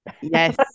yes